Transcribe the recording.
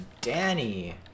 Danny